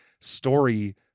story